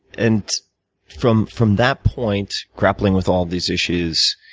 and from from that point, grappling with all these issues,